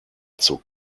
zog